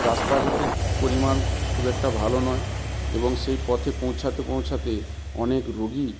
রাস্তাঘাটের পরিমাণ খুব একটা ভালো নয় এবং সেই পথে পৌঁছাতে পৌঁছাতে অনেক রোগীই